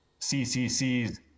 CCC's